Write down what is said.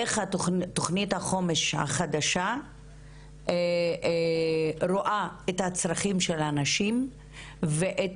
איך תוכנית החומש החדשה רואה את הצרכים של הנשים ואת